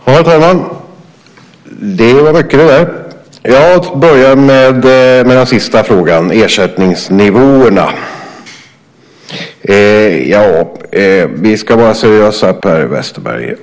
Herr talman! Det var mycket som Per Westerberg tog upp. Jag ska börja med den sista frågan som gäller ersättningsnivåerna. Vi ska vara seriösa, Per Westerberg.